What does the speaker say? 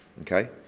okay